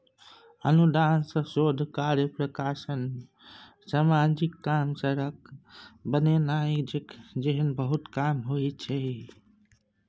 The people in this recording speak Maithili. अनुदान सँ शोध कार्य, प्रकाशन, समाजिक काम, सड़क बनेनाइ जेहन बहुते काम होइ छै